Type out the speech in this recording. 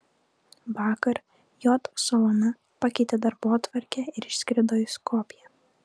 vakar j solana pakeitė darbotvarkę ir išskrido į skopję